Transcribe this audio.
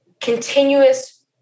continuous